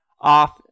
off